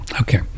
Okay